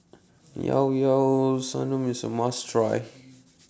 Llao Llao Sanum IS A must Try